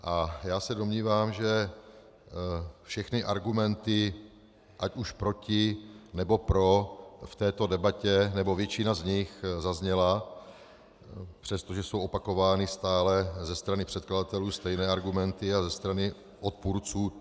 A já se domnívám, že všechny argumenty ať už proti, nebo pro v této debatě, nebo většina z nich zazněla, přestože jsou opakovány stále ze strany předkladatelů stejné argumenty a ze strany odpůrců tytéž.